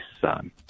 son